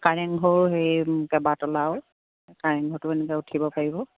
কাৰেংঘৰো সেই কেইবা তলাও কাৰেংঘৰতো এনেকৈ উঠিব পাৰিব